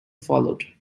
followed